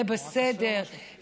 זה בסדר.